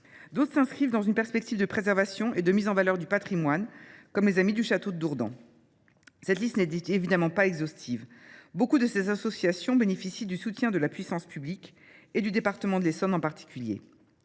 D’autres s’inscrivent dans une perspective de préservation et de mise en valeur du patrimoine, comme les Amis du château et du musée de Dourdan. Cette liste n’est évidemment pas exhaustive. Beaucoup de ces associations bénéficient du soutien de la puissance publique, et du département de l’Essonne en particulier.